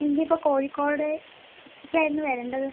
എനിക്കിപ്പോൾ കോഴിക്കോടേക്കായിരുന്നു വരേണ്ടത്